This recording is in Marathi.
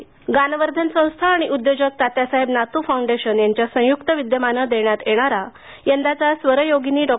पुरस्कार गानवर्धन संस्था आणि उद्योजक तात्यासाहेब नातू फाउंडेशन यांच्या संयुक्त विद्यमानं देण्यात येणारा यंदाचा स्वरयोगिनी डॉ